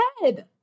head